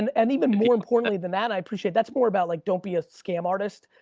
and and even more importantly, the man i appreciate, that's more about like, don't be a scam artist.